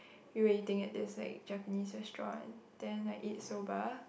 we were eating at this like Japanese restaurant then I eat soba